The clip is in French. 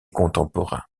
contemporains